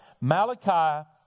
Malachi